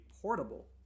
Portable